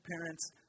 parents